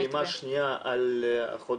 זאת פעימה ראשונה ופעימה שנייה על החודשים